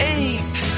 ache